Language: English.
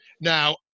Now